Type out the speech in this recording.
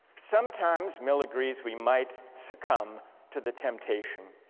sometimes mill agrees we might succumb to the temptation